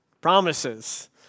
Promises